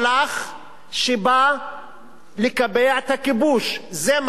שבה לקבע את הכיבוש, זה מהלך כחלק מההתנחלויות.